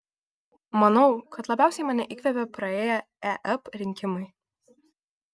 manau kad labiausiai mane įkvėpė praėję ep rinkimai